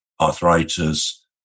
Arthritis